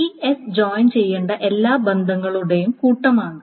ഈ S join ചെയ്യേണ്ട എല്ലാ ബന്ധങ്ങളുടെയും കൂട്ടമാണ്